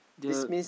the